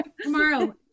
Tomorrow